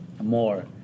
more